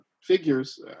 figures